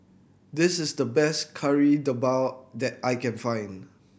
this is the best Kari Debal that I can find